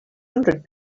hundred